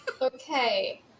Okay